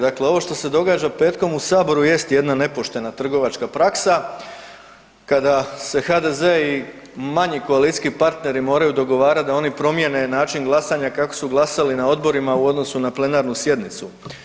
Dakle, ovo što se događa petkom u saboru jest jedna nepoštena trgovačka praksa kada se HDZ i manji koalicijski partneri moraju dogovarat da oni promijene način glasanja kako su glasali na odborima u odnosu na plenarnu sjednicu.